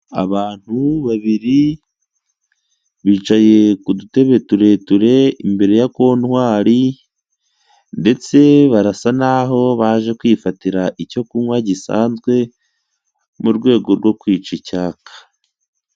Abantu babiri. Bicaye ku dutebe tureture imbere ya kontwari, ndetse barasa naho baje kwifatira icyo kunywa gisanzwe, mu rwego rwo kwica icyaka.